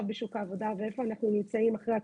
בשוק העבודה ואיפה אנחנו נמצאים אחרי הקורונה.